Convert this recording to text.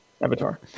Avatar